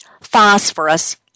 phosphorus